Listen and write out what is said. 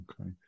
Okay